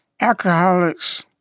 alcoholics